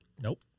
Nope